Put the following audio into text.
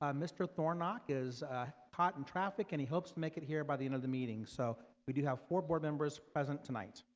um mr thornock is caught in traffic and he hopes to make it here by the end of the meeting so we do have for board members present tonight